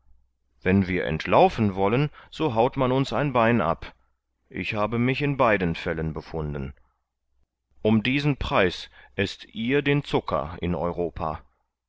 wenn wir entlaufen wollen so haut man uns ein bein ab ich habe mich in beiden fällen befunden um diesen preis eßt ihr den zucker in europa